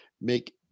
make